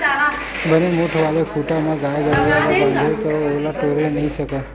बने मोठ्ठ वाले खूटा म गाय गरुवा ल बांधबे ता ओला टोरे नइ सकय